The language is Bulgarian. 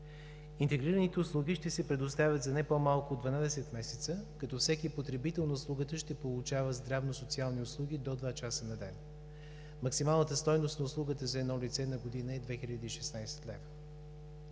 Интегрираните услуги ще се предоставят за не по-малко от 12 месеца, като всеки потребител на услугата ще получава здравно-социални услуги до два часа на ден. Максималната стойност на услугата за едно лице е 2016 лв.